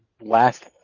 last